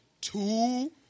two